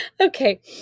Okay